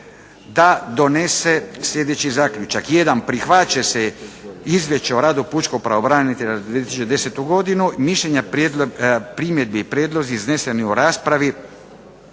da donese sljedeći zaključak: 1. Prihvaća se Izvješće o radu pučkog pravobranitelja za 2010. godinu. Mišljenja, primjedbe i prijedlozi izneseni u raspravi